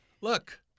Look